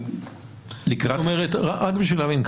זאת אומרת רק בשביל להבין,